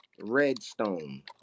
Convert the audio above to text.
Redstone